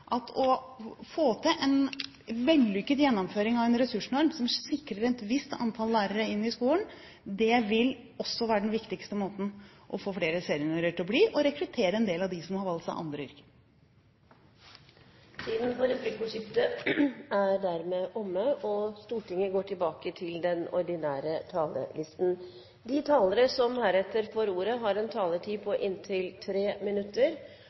at å få til en vellykket gjennomføring av en ressursnorm som sikrer et visst antall lærere i skolen, også vil være det viktigste for å få flere seniorer til å bli og å rekruttere en del av dem som har valgt seg andre yrker. Replikkordskiftet er omme. De talere som heretter får ordet, får en taletid på inntil 3 minutter.